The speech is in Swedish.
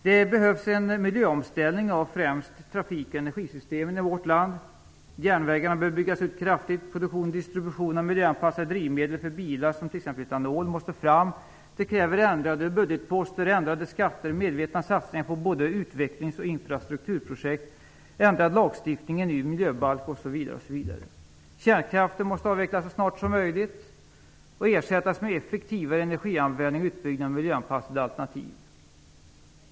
Det behövs en miljöomställning av främst trafikoch energisystemen i vårt land. Järnvägarna behöver byggas ut kraftigt. Produktion och distribution av miljöanpassat drivmedel för bilar som t.ex. etanol måste sättas i gång. Detta kräver ändrade budgetposter, ändrade skatter, medvetna satsningar på både utvecklings och infrastrukturprojekt, ändrad lagstiftning, en ny miljöbalk osv. Kärnkraften måste avvecklas så snart som möjligt och ersättas med effektivare energianvändning och utbyggnad av miljöanpassade alternativ.